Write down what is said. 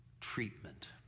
treatment